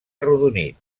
arrodonit